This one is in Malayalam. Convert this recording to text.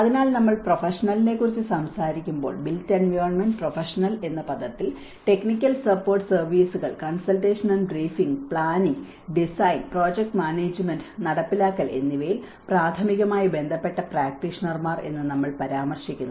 അതിനാൽ നമ്മൾ പ്രൊഫഷണലിനെക്കുറിച്ച് സംസാരിക്കുമ്പോൾ ബിൽറ്റ് എൻവയോൺമെന്റ് പ്രൊഫഷണൽ എന്ന പദത്തിൽ ടെക്നിക്കൽ സപ്പോർട്ട് സർവിസുകൾ consultation and briefing design planning project management നടപ്പിലാക്കൽ എന്നിവയിൽ പ്രാഥമികമായി ബന്ധപ്പെട്ട പ്രാക്ടീഷണർമാർ എന്ന് നമ്മൾ പരാമർശിക്കുന്നു